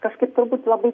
kažkaip turbūt labai